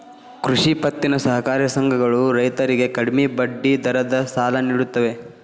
ಕೃಷಿ ಪತ್ತಿನ ಸಹಕಾರ ಸಂಘಗಳ ರೈತರಿಗೆ ಕಡಿಮೆ ಬಡ್ಡಿ ದರದ ಸಾಲ ನಿಡುತ್ತವೆ